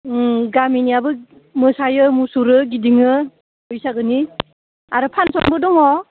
गामिनियाबो मोसायो मुसुरो गिदिङो बैसागोनि आरो फांसनबो दङ